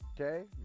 Okay